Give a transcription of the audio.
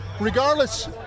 regardless